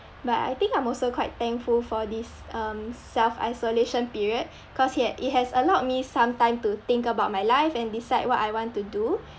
but I think I'm also quite thankful for this um self isolation period cause it had it has allowed me some time to think about my life and decide what I want to do